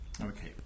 Okay